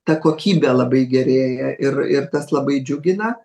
ta kokybė labai gerėja ir ir tas labai džiugina